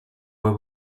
were